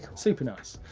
super nice.